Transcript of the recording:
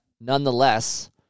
nonetheless